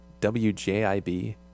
WJIB